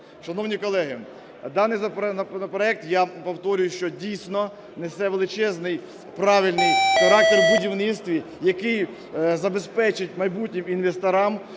Шановні колеги, даний законопроект, я повторюю, що дійсно несе величезний правильний характер в будівництві, який забезпечить майбутнім інвесторам